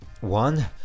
one